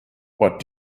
what